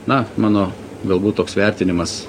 na mano galbūt toks vertinimas